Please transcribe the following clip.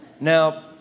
Now